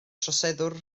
troseddwr